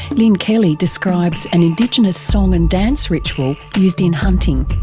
lynne kelly describes an indigenous song and dance ritual used in hunting,